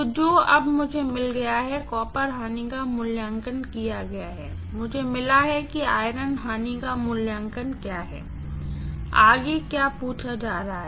तो अब मुझे मिल गया है जो कि कॉपर लॉस का मूल्यांकन किया गया है मुझे मिला है कि आयरन लॉस का मूल्यांकन क्या है आगे क्या पूछा जा रहा है